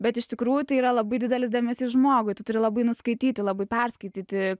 bet iš tikrųjų tai yra labai didelis dėmesys žmogui tu turi labai nuskaityti labai perskaityti